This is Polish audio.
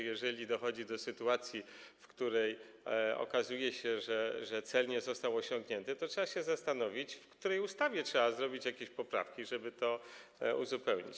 Jeżeli dochodzi do sytuacji, w której okazuje się, że cel nie został osiągnięty, to trzeba się zastanowić, w której ustawie należy wprowadzić jakieś poprawki, żeby to uzupełnić.